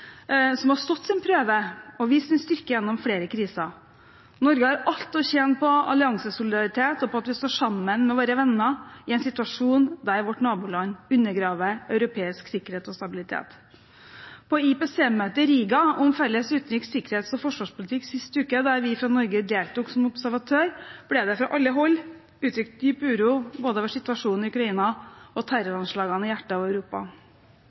som har stått sin prøve og vist sin styrke gjennom flere kriser. Norge har alt å tjene på alliansesolidaritet og på at vi står sammen med våre venner i en situasjon der vårt naboland undergraver europeisk sikkerhet og stabilitet. På IPC-møtet i Riga om felles utenriks-, sikkerhets- og forsvarspolitikk sist uke, der vi fra Norge deltok som observatør, ble det fra alle hold uttrykt dyp uro både over situasjonen i Ukraina og over terroranslagene i hjertet av Europa.